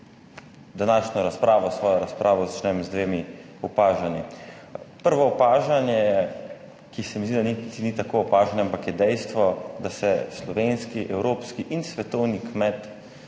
današnjo razpravo, svojo razpravo, začnem z dvema opažanji. Prvo opažanje, ki se mi zdi, da niti ni tako opaženo, ampak je dejstvo, da se slovenski, evropski in svetovni kmet